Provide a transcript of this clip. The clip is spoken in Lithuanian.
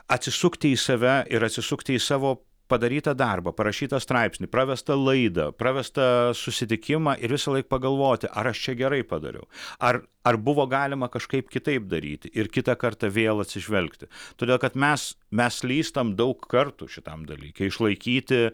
atsisukti į save ir atsisukti į savo padarytą darbą parašytą straipsnį pravestą laidą pravestą susitikimą ir visąlaik pagalvoti ar aš čia gerai padariau ar ar buvo galima kažkaip kitaip daryti ir kitą kartą vėl atsižvelgti todėl kad mes mes slystam daug kartų šitam dalyke išlaikyti